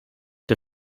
der